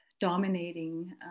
dominating